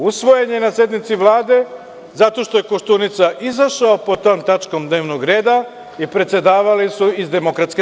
Usvojen je na sednici Vlade zato što je Koštunica izašao pod tom tačkom dnevnog reda i predsedavali su iz DS.